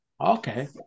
Okay